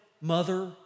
mother